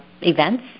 events